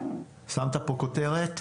שמת פה כותרת.